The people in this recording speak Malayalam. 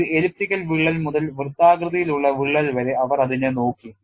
ഒരു എലിപ്റ്റിക്കൽ വിള്ളൽ മുതൽ വൃത്താകൃതിയിലുള്ള വിള്ളൽ വരെ അവർ അതിനെ നോക്കി